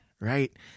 right